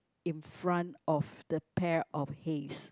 in front of the pair of haze